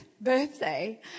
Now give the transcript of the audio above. birthday